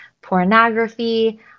pornography